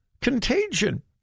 contagion